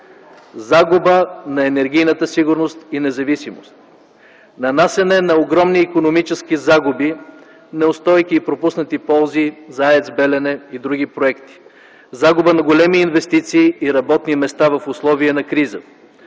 загуба на енергийната сигурност и независимост, нанасяне на огромни икономически загуби, неустойки и пропуснати ползи за АЕЦ „Белене” и за други проекти, загуба на големи инвестиции и работни места в условия на криза,